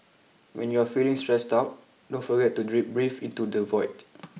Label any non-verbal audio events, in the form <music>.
when you are feeling stressed out don't forget to <unintelligible> breathe into the void